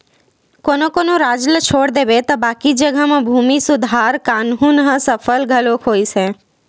कोनो कोनो राज ल छोड़ देबे त बाकी जघा म भूमि सुधार कान्हून ह सफल घलो होइस हे